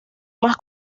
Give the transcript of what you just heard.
más